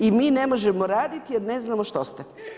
I mi ne možemo raditi, jer ne znamo što ste.